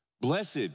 blessed